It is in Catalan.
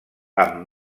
amb